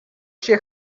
się